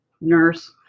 nurse